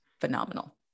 phenomenal